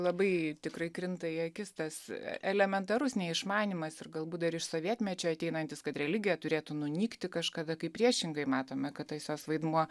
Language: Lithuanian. labai tikrai krinta į akis tas elementarus neišmanymas ir galbūt dar iš sovietmečio ateinantis kad religija turėtų nunykti kažkada kai priešingai matome kad tas jos vaidmuo